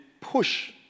push